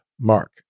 Mark